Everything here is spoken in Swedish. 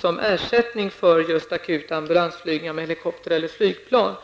som ersättning just för akuta ambulansflygningar med helikopter eller flygplan.